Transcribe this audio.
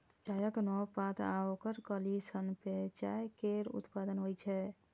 चायक नव पात आ ओकर कली सं पेय चाय केर उत्पादन होइ छै